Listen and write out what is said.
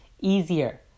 easier